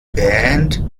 band